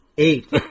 Eight